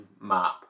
map